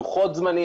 לוחות זמנים.